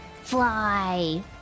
Fly